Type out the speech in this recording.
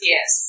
Yes